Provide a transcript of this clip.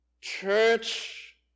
church